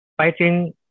fighting